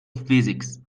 physics